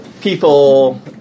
People